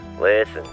listen